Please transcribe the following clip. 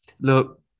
look